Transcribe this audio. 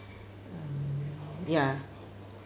um ya